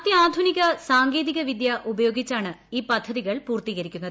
അത്യാധുനിക സാങ്കേതിക വിദ്യ ഉപയോഗിച്ചാണ് ഈ പദ്ധതികൾ പൂർത്തീകരിക്കുന്നത്